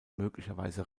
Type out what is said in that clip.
möglicherweise